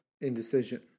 indecision